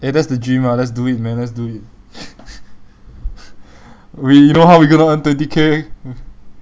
eh that's the dream ah let's do it man let's do it we you know how we gonna earn twenty K